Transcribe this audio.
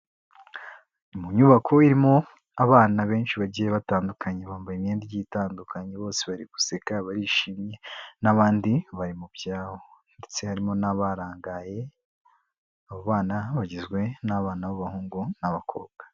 Mu nyubako irimo abana benshi bagiye batandukanye bambaye imyenda itandukanye bose bari guseka barishimye n'abandi bari mu byabo, ndetse harimo n'abarangaye abo bana bagizwe n'abana b'abahungu n'abakobwa.